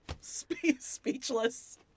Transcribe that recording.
Speechless